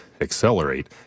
accelerate